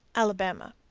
alabama.